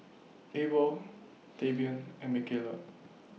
Abel Tavian and Micayla